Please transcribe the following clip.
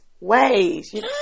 ways